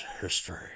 history